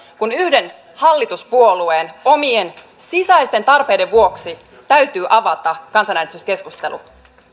kun yhden hallituspuolueen omien sisäisten tarpeiden vuoksi täytyy avata kansanäänestyskeskustelu